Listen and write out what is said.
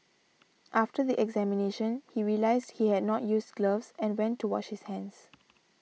after the examination he realised he had not used gloves and went to wash his hands